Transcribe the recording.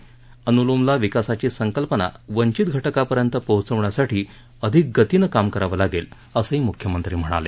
अनुलोमला विकासाची संकल्पना वंचित घटकांपर्यंत पोहोचविण्यासाठी अधिक गतीनं काम करावं लागेल असंही मुख्यमंत्री म्हणाले